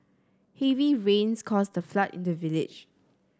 heavy rains caused a flood in the village